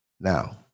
Now